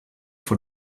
von